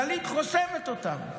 כללית חוסמת אותם.